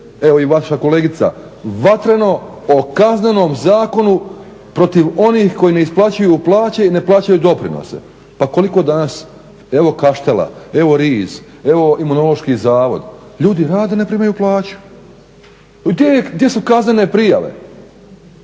evo i vaša kolegica vatreno o Kaznenom zakonu protiv onih koji ne isplaćuju plaće i ne plaćaju doprinose, pa koliko danas evo Kaštela, evo Ris, evo Imunološki zavod, ljudi rade, ne primaju plaću, gdje su kaznene prijave